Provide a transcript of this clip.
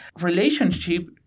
relationship